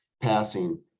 passing